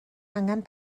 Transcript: angan